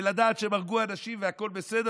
ולדעת שהם הרגו אנשים והכול בסדר,